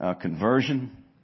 conversion